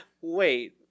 Wait